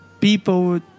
people